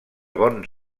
bons